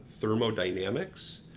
thermodynamics